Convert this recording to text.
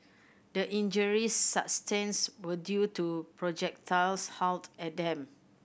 the injuries sustains were due to projectiles hurled at them